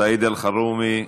סעיד אלחרומי,